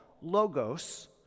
logos